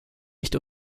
nicht